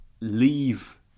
leave